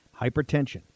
hypertension